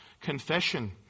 confession